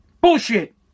Bullshit